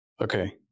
okay